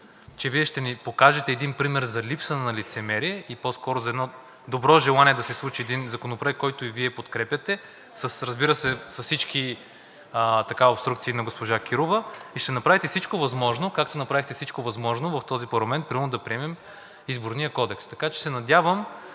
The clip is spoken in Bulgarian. че Вие ще ни покажете един пример за липса на лицемерие. По-скоро за добро желание да се случи един законопроект, който и Вие подкрепяте, разбира се, с всички обструкции на госпожа Кирова. Ще направите всичко възможно, както направихте всичко възможно в този парламент примерно да приемем Изборния кодекс. Така че се надявам,